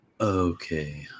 Okay